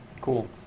Cool